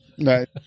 Right